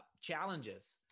challenges